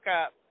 up